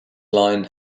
line